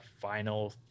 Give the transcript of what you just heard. final